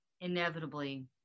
inevitably